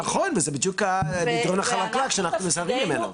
נכון וזה בדיוק המדרון החלקלק שאנחנו נזהרים ממנו.